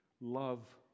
Love